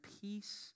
peace